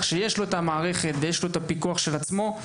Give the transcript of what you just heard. שיש לו את המערכת ויש לו את הפיקוח של עצמו.